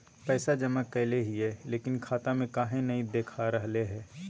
पैसा जमा कैले हिअई, लेकिन खाता में काहे नई देखा रहले हई?